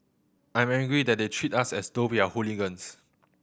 I'm angry that they treat us as though we are hooligans